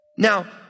Now